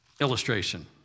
illustration